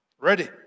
Ready